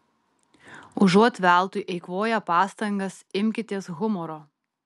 užuot veltui eikvoję pastangas imkitės humoro